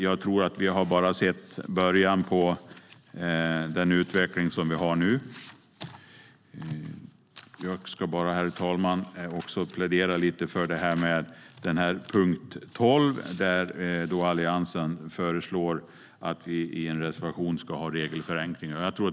Jag tror att vi bara har sett början på den utveckling som vi har nu. Herr talman! Jag ska bara plädera för punkt 12, där Alliansen i en reservation föreslår att vi ska ha regelförenklingar.